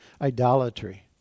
idolatry